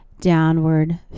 downward